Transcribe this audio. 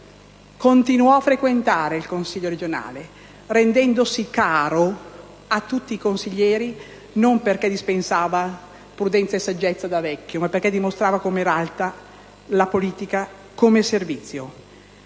continuò a frequentare il Consiglio regionale, rendendosi caro a tutti i consiglieri, non perché dispensava prudenza e saggezza da vecchio, ma perché dimostrava come era alta la politica come servizio.